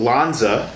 Lanza